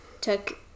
took